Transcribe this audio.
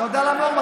אתה יודע למה?